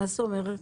מה זאת אומרת?